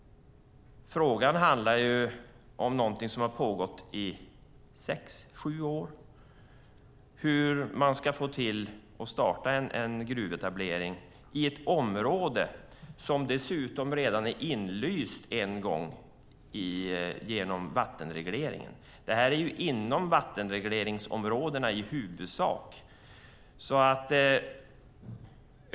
Frågan handlar om något som har pågått i sex sju år, nämligen hur man ska kunna starta en gruvetablering som dessutom redan är inlyst en gång genom vattenregleringen. Det är ju i huvudsak inom vattenregleringsområdena.